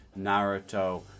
Naruto